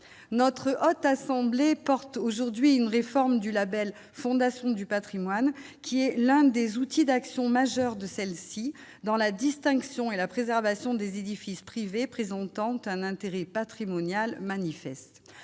notre Haute assemblée porte aujourd'hui une réforme du Label Fondation du Patrimoine, qui est l'un des outils d'action majeure de celle-ci dans la distinction et la préservation des édifices privés présentant un intérêt patrimonial manifeste